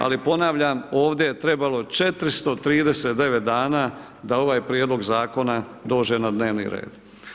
Ali, ponavljam ovdje je trebalo 439 dana da ovaj prijedlog zakona dođe na dnevni red.